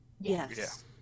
Yes